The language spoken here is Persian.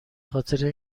خاطر